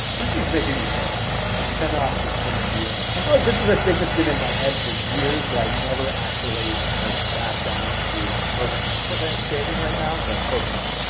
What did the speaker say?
this is making me so happy. i cannot explain to you. i feel like this is a thing that's been in my head for years, but i never actually like sat down to program it. course i am and standing right now, but close enough.